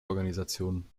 organisation